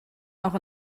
auch